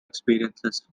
experiences